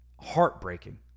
heartbreaking